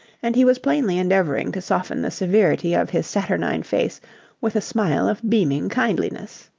and he was plainly endeavouring to soften the severity of his saturnine face with a smile of beaming kindliness.